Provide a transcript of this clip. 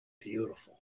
beautiful